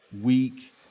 weak